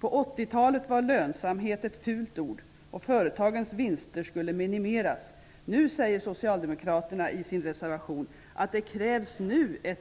På 80-talet var lönsamhet ett fult ord, och företagens vinster skulle minimeras. Nu säger Socialdemokraterna i sin reservation att ''det krävs nu en